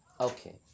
Okay